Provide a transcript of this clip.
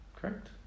correct